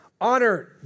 Honor